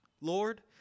Lord